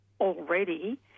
already